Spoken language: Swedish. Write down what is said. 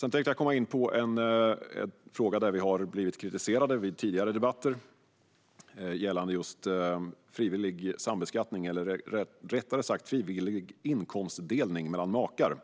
Jag tänkte gå in på en fråga där vi har blivit kritiserade vid tidigare debatter, och den gäller frivillig inkomstdelning mellan makar.